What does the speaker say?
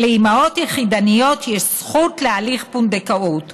"לאימהות יחידניות יש זכות להליך פונדקאות,